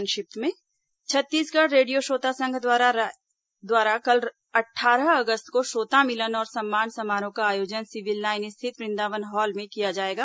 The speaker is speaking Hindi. संक्षिप्त समाचार छत्तीसगढ़ रेडियो श्रोता संघ रायपुर द्वारा कल अट्ठारह अगस्त को श्रोता मिलन और सम्मान समारोह का आयोजन सिविल लाइन स्थित वृंदावन हॉल में किया जाएगा